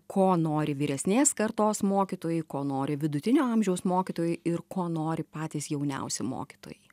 ko nori vyresnės kartos mokytojai ko nori vidutinio amžiaus mokytojai ir ko nori patys jauniausi mokytojai